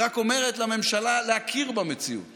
היא רק אומרת לממשלה להכיר במציאות